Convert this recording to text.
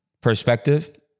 perspective